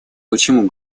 почему